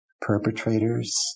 perpetrators